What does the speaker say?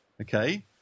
okay